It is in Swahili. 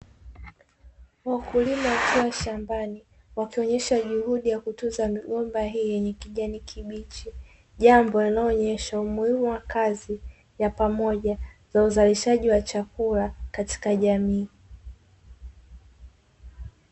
Wakulima wakiwa shambani wakionyesha juhudi ya kutunza migomba hii yenye kijani kibichi, jambo linaloonyesha umuhimu wa kazi ya pamoja za uzalishaji wa chakula katika jamii.